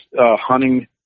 hunting